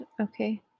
Okay